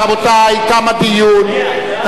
רבותי, תם הדיון.